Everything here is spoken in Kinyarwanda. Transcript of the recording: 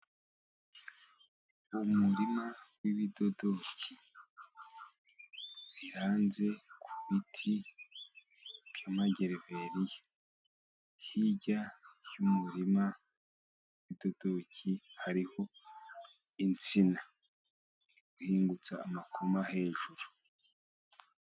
Umurima wibidodoki biranze ku biti by'amagereveriya, hirya y'umurima w'ibidodoki, hariho insina ihingutse amakoma hejuru.